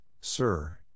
sir